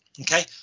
Okay